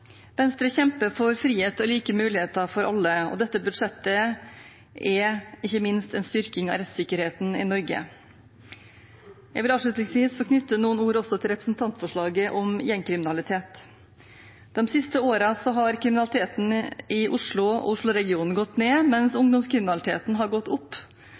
Venstre kjemper for frihet og like muligheter for alle, og dette budsjettet er ikke minst en styrking av rettssikkerheten i Norge. Jeg vil avslutningsvis få knytte noen ord også til representantforslaget om gjengkriminalitet. De siste årene har kriminaliteten i Oslo og Oslo-regionen gått ned, mens ungdomskriminaliteten har gått opp.